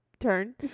turn